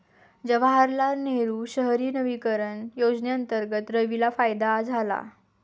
जवाहरलाल नेहरू शहरी नवीकरण योजनेअंतर्गत रवीला फायदा झाला